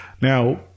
now